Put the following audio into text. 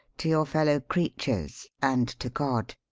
to your fellow creatures, and to god!